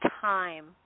time